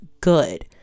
good